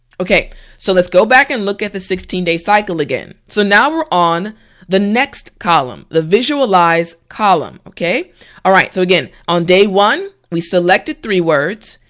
okay so let's go back and look at the sixteen day cycle again. so now we're on the next column, the visualize column. alright so again on day one we selected three words,